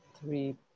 three